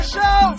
show